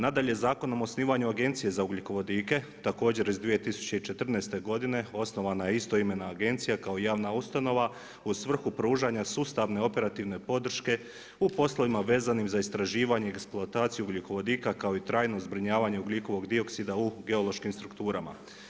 Nadalje, Zakonom o osnivanju agencije za ugljikovodike, također iz 2014. godine, osnovana je istoimena agencija, kao javna ustanova u svrhu pružanja sustavne, operativne podrške u poslovima veznim za istraživanje i eksploataciju ugljikovodika kao i trajno zbrinjavanje ugljikovog dioksida u geološkim strukturama.